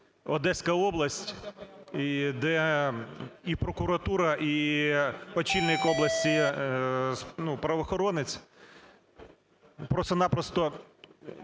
Одеська область, де і прокуратура, і очільник області, правоохоронець, просто-на-просто